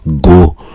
go